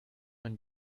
man